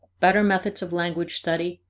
better methods of language study,